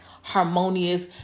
harmonious